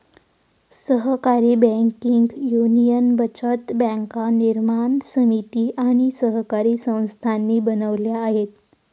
सहकारी banking union बचत बँका निर्माण समिती आणि सहकारी संस्थांनी बनवल्या आहेत